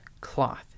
cloth